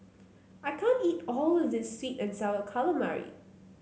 I can't eat all of this sweet and sour calamari